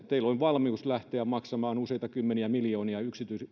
teillä oli valmius lähteä maksamaan useita kymmeniä miljoonia